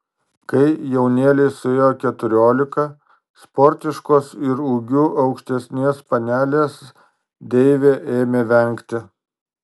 kai jaunėlei suėjo keturiolika sportiškos ir ūgiu aukštesnės panelės deivė ėmė vengti